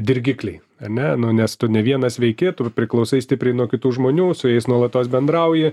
dirgikliai ane nu nes tu ne vienas veiki tu priklausai stipriai nuo kitų žmonių su jais nuolatos bendrauji